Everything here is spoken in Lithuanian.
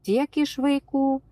tiek iš vaikų